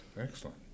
excellent